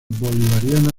bolivariana